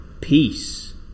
peace